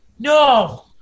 No